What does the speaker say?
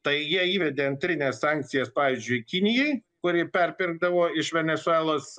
tai jie įvedė antrines sankcijas pavyzdžiui kinijai kuri perpirkdavo iš venesuelos